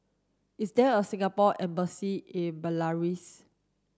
is there a Singapore embassy in Belarus